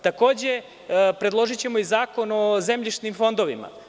Takođe, predložićemo i zakon o zemljišnim fondovima.